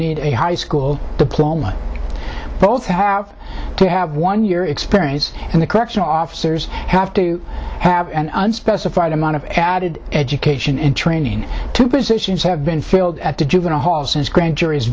need a high school diploma both have to have one year experience and the correctional officers have to have an unspecified amount of added education and training two positions have been filled at the juvenile hall since grand juries